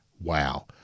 wow